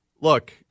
Look